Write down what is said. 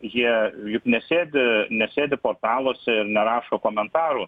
jie juk nesėdi nesėdi portaluose ir nerašo komentarų